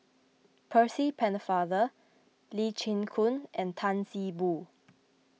Percy Pennefather Lee Chin Koon and Tan See Boo